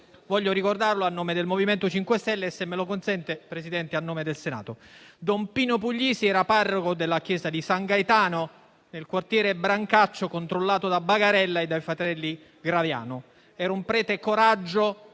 Voglio ricordarlo a nome del MoVimento 5 Stelle e, se me lo consente, signor Presidente, a nome del Senato. Don Pino Puglisi era parroco della chiesa di San Gaetano, nel quartiere Brancaccio, controllato da Bagarella e dai fratelli Graviano. Era un prete coraggio,